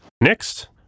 Next